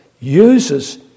uses